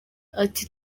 ati